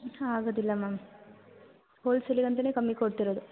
ಹಾಂ ಆಗೋದಿಲ್ಲ ಮ್ಯಾಮ್ ಹೋಲ್ಸೇಲಿಗಂತನೇ ಕಮ್ಮಿ ಕೊಡ್ತಿರೋದು